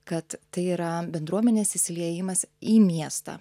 kad tai yra bendruomenės įsiliejimas į miestą